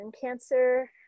cancer